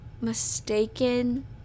mistaken